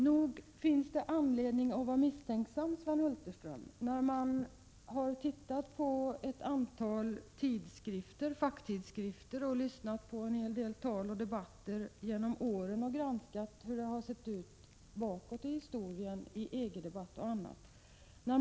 Nog finns det anledning att vara misstänksam, Sven Hulterström, när man har tittat i ett antal facktidskrifter, lyssnat på en hel del tal och debatter genom åren och granskat hur det sett ut bakåt i historien i EG-debatten m.m.